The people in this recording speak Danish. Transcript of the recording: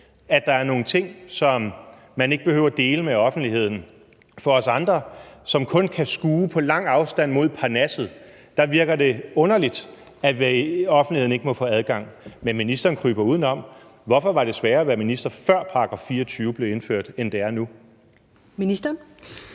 at der er nogle ting, som man ikke behøver at dele med offentligheden. For os andre, som kun på lang afstand kan skue mod parnasset, virker det underligt, at offentligheden ikke må få adgang. Men ministeren kryber udenom: Hvorfor var det sværere at være minister, før § 24 blev indført, end det er nu? Kl.